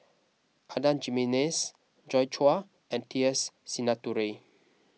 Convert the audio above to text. Adan Jimenez Joi Chua and T S Sinnathuray